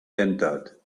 entered